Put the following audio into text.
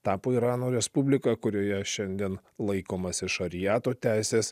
tapo irano respublika kurioje šiandien laikomasi šariato teisės